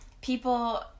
people